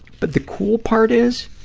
but the cool part is,